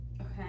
Okay